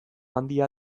handia